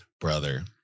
Brother